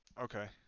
Okay